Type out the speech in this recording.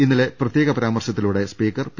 ഇന്നലെ പ്രത്യേക പരാമർശത്തിലൂടെ സ്പീക്കർ പി